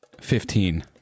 Fifteen